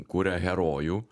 kuria herojų